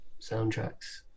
soundtracks